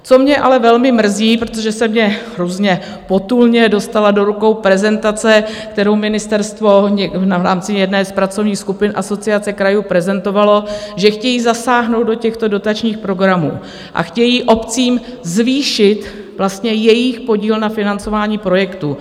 Co mě ale velmi mrzí, protože se mi různě potulně dostala do rukou prezentace, kterou ministerstvo v rámci jedné z pracovních skupin Asociace krajů prezentovalo, že chtějí zasáhnout do těchto dotačních programů a chtějí obcím zvýšit vlastně jejich podíl na financování projektů.